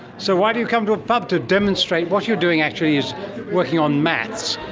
so why do you come to a pub to demonstrate, what you're doing actually is working on maths,